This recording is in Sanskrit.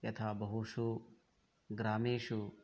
यथा बहुषु ग्रामेषु